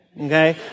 okay